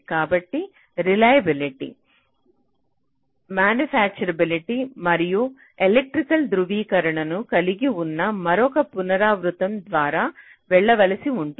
కాబట్టి reliability manufacturability మరియు electrical ధృవీకరణను కలిగి ఉన్న మరొక పునరావృతం ద్వారా వెళ్ళవలసి ఉంటుంది